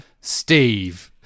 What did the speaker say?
Steve